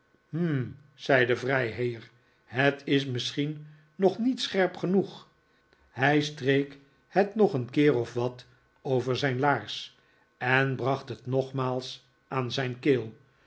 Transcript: zei de vrijheer het is misschien nog niet scherp genoeg hij streek het nog een keer of wat over zijn laars en bracht het nogmaals aan zijn keel